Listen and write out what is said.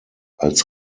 als